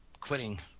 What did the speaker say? quitting